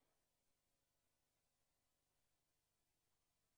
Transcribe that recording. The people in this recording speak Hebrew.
התשע"ז 2016,